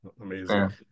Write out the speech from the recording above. amazing